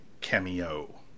cameo